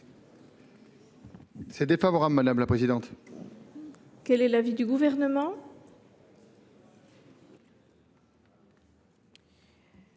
Quel est l’avis du Gouvernement